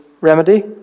remedy